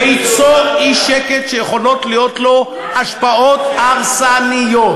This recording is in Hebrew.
זה ייצור אי-שקט שיכולות להיות לו השפעות הרסניות.